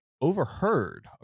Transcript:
overheard